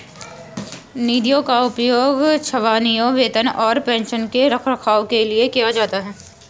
निधियों का उपयोग छावनियों, वेतन और पेंशन के रखरखाव के लिए किया जाता है